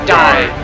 die